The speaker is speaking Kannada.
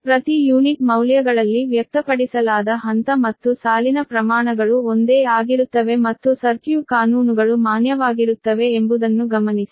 ಪ್ರತಿ ಯೂನಿಟ್ ಮೌಲ್ಯಗಳಲ್ಲಿ ವ್ಯಕ್ತಪಡಿಸಲಾದ ಹಂತ ಮತ್ತು ಸಾಲಿನ ಪ್ರಮಾಣಗಳು ಒಂದೇ ಆಗಿರುತ್ತವೆ ಮತ್ತು ಸರ್ಕ್ಯೂಟ್ ಕಾನೂನುಗಳು ಮಾನ್ಯವಾಗಿರುತ್ತವೆ ಎಂಬುದನ್ನು ಗಮನಿಸಿ